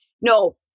No